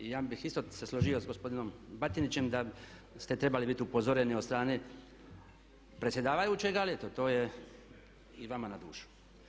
I ja bih se isto složio sa gospodinom Batinićem da ste trebali biti upozoreni od strane predsjedavajućeg ali eto to je i vama na dušu.